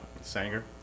sanger